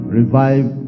revive